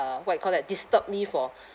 what you call that disturb me for